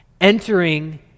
entering